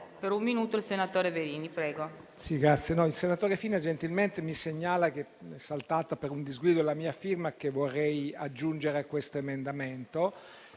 il senatore Fina mi segnala che è saltata, per un disguido, la mia firma, che vorrei aggiungere, a questo emendamento.